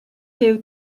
huw